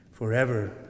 Forever